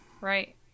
Right